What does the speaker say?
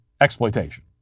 exploitation